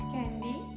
Candy